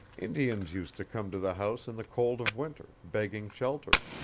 indians used to come to the house in the cold of winter, begging shelter.